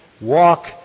walk